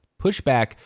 pushback